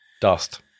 dust